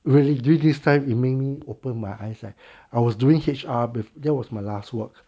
really during this time it make me open my eyes leh I was doing H_R with that was my last work